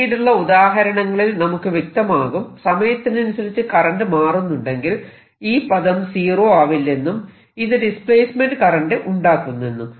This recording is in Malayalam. പിന്നീടുള്ള ഉദാഹരണങ്ങളിൽ നമുക്ക് ഇത് വ്യക്തമാകും സമയത്തിനനുസരിച്ച് കറന്റ് മാറുന്നുണ്ടെങ്കിൽ ഈ പദം സീറോ ആവില്ലെന്നും ഇത് ഡിസ്പ്ലേസ്മെന്റ് കറന്റ് ഉണ്ടാക്കുന്നെന്നും